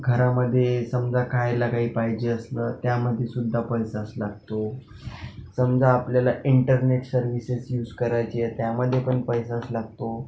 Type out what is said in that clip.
घरामध्ये समजा खायला काही पाहिजे असलं त्यामध्येसुद्धा पैसाच लागतो समजा आपल्याला इंटरनेट सर्व्हिसेस युज करायचे आहेत त्यामध्ये पण पैसाच लागतो